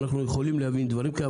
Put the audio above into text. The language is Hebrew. אנחנו יכולים להבין דברים כאלה,